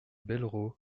bellerots